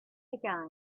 other